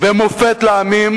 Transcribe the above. ומופת לעמים,